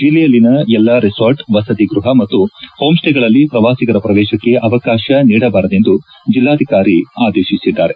ಜಿಲ್ಲೆಯಲ್ಲಿನ ಎಲ್ಲಾ ರೆಸಾರ್ಟ್ವಸತಿ ಗ್ವಹ ಮತ್ತು ಹೋಂಸ್ವೇಗಳಲ್ಲಿ ಪ್ರವಾಸಿಗರ ಪ್ರವೇಶಕ್ಕೆ ಅವಕಾಶ ನೀಡಬಾರದೆಂದು ಜಿಲ್ಲಾಧಿಕಾರಿ ಆದೇಶಿಸಿದ್ದಾರೆ